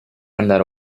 andar